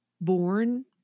born